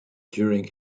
during